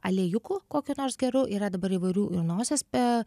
aliejuku kokiu nors geru yra dabar įvairių ir nosies pe